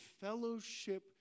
fellowship